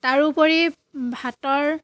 তাৰোপৰি ভাতৰ